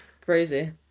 crazy